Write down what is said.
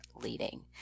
leading